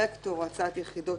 להצדקה של השינוי שאותו ביקשנו לבסס,